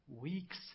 weeks